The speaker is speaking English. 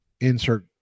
insert